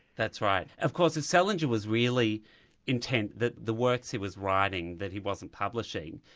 that's right. of course if salinger was really intent that the works he was writing, that he wasn't publishing,